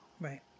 Right